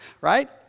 Right